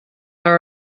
are